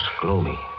gloomy